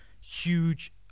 huge